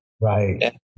Right